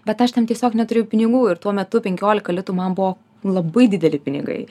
bet aš tam tiesiog neturėjau pinigų ir tuo metu penkiolika litų man buvo labai dideli pinigai